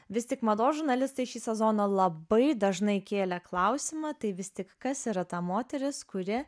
vis tik mados žurnalistai šį sezoną labai dažnai kėlė klausimą tai vis tik kas yra ta moteris kuri